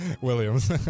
Williams